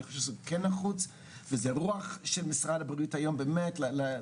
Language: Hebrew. אני חושב שזה כן נחוץ וזו רוח של משרד הבריאות היום לסגור